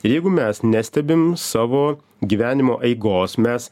jeigu mes nestebim savo gyvenimo eigos mes